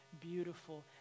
beautiful